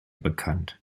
bekannt